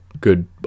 good